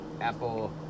Apple